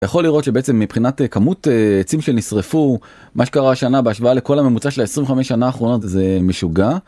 יכול לראות שבעצם מבחינת כמות עצים שנשרפו מה שקרה השנה בהשוואה לכל הממוצע של 25 שנה אחרונות זה משוגע.